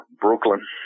Brooklyn